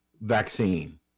vaccine